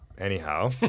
Anyhow